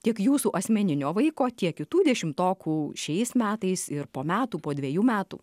tiek jūsų asmeninio vaiko tiek kitų dešimtokų šiais metais ir po metų po dvejų metų